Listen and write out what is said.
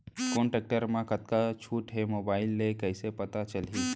कोन टेकटर म कतका छूट हे, मोबाईल ले कइसे पता चलही?